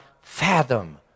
fathom